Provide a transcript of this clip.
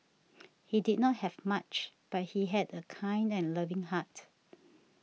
he did not have much but he had a kind and loving heart